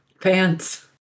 pants